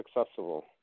accessible